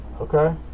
Okay